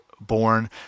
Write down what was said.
born